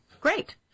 Great